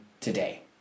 today